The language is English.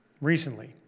recently